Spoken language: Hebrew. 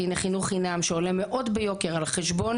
הינה חינוך חינם שעולה מאוד ביוקר על חשבון